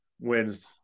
wins